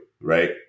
right